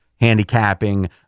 handicapping